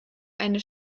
eine